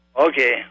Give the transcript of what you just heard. Okay